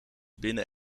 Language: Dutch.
binnen